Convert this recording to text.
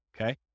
Okay